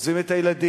עוזבים את הילדים,